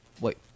Wait